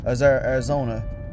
Arizona